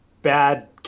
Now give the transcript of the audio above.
Bad